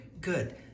good